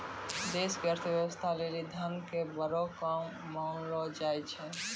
देश के अर्थव्यवस्था लेली धन के बड़ो काम मानलो जाय छै